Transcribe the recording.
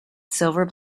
silver